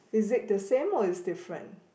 is it the same or is it different